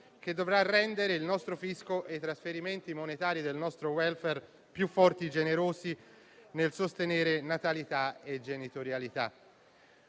che dovrà rendere il nostro fisco e i trasferimenti monetari del nostro *welfare* più forti e generosi nel sostenere natalità e genitorialità.